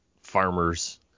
farmers